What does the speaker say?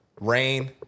Rain